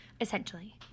essentially